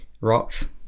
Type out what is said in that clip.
rocks